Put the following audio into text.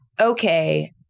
Okay